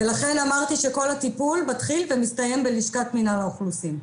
ולכן אמרתי שכל הטיפול מתחיל ומסתיים בלשכת מינהל האוכלוסין.